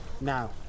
Now